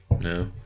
No